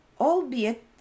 Albeit